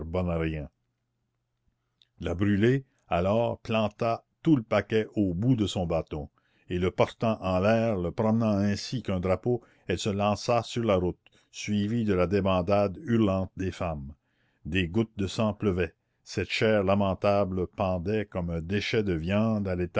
rien la brûlé alors planta tout le paquet au bout de son bâton et le portant en l'air le promenant ainsi qu'un drapeau elle se lança sur la route suivie de la débandade hurlante des femmes des gouttes de sang pleuvaient cette chair lamentable pendait comme un déchet de viande à